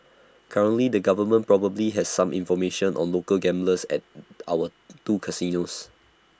currently the government probably has some information on local gamblers at our two casinos